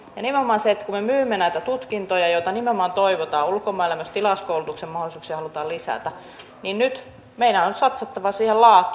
ja nimenomaan kun me myymme näitä tutkintoja joita nimenomaan toivotaan ulkomailla ja myös tilauskoulutuksen mahdollisuuksia halutaan lisätä niin nyt meidän on satsattava siihen laatuun